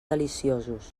deliciosos